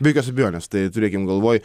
be jokios abejonės tai turėkim galvoj